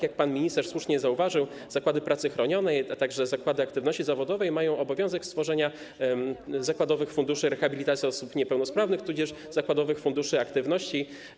Jak pan minister słusznie zauważył, zakłady pracy chronionej, a także zakłady aktywności zawodowej mają obowiązek stworzenia zakładowych funduszy rehabilitacji osób niepełnosprawnych tudzież zakładowych funduszy aktywności.